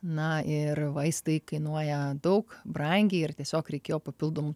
na ir vaistai kainuoja daug brangiai ir tiesiog reikėjo papildomų